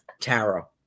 tarot